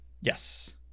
Yes